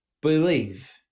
believe